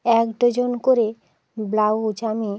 এক ডজন করে ব্লাউজ আমি